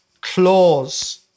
clause